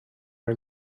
her